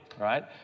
right